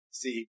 see